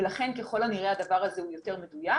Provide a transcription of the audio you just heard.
לכן, ככל הנראה הדבר הזה הוא יותר מדויק.